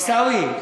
עיסאווי.